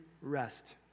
rest